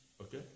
Okay